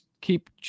keep